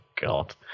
god